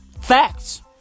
Facts